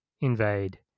invade